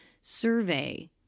survey